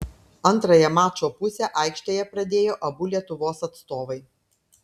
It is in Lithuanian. antrąją mačo pusę aikštėje pradėjo abu lietuvos atstovai